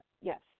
Yes